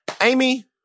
Amy